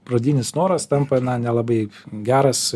pradinis noras tampa na nelabai geras